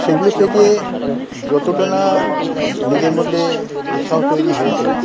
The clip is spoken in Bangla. সেগুলো থেকে যতটা না নিজের মধ্যে উৎসাহ তৈরি হয়েছে